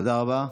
תודה רבה.